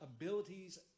abilities